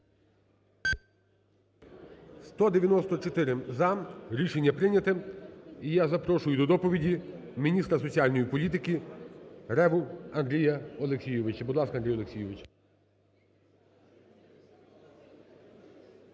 За-194 Рішення прийняте. І я запрошую до доповіді міністра соціальної політики Реву Андрія Олексійовича. Будь ласка, Андрій Олексійович.